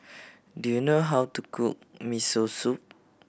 do you know how to cook Miso Soup